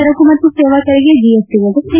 ಸರಕು ಮತ್ತು ಸೇವಾ ತೆರಿಗೆ ಜೆಎಸ್ಟ ವ್ಯವಸ್ಥೆ